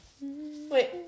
wait